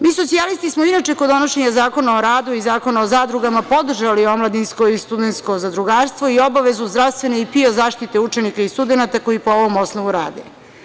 Mi socijalisti smo inače kod donošenja Zakona o radu i Zakona o zadrugama podržali omladinsko i studentsko zadrugarstvo i obavezu zdravstvene i PIO zaštite učenika i studenata koji po ovom osnovu rade.